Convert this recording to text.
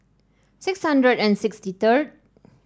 six hundred and sixty third